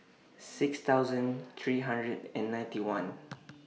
six thousand three hundred and ninety one